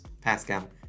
pascal